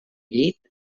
llit